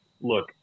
look